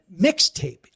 mixtape